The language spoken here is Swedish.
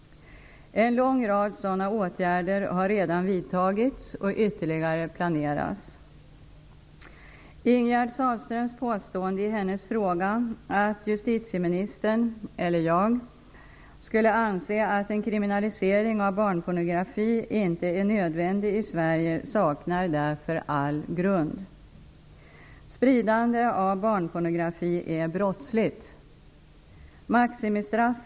En lång rad sådana åtgärder har redan vidtagits och ytterligare åtgärder planeras. Ingegerd Sahlströms påstående i hennes fråga, att justitieministern, eller jag, skulle anse att en kriminalisering av barnpornografi inte är nödvändig i Sverige, saknar därför all grund. Spridande av barnpornografi är brottsligt.